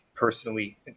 personally